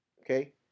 okay